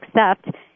accept